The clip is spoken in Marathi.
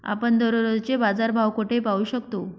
आपण दररोजचे बाजारभाव कोठे पाहू शकतो?